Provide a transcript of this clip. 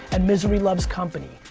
and misery loves company.